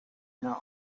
know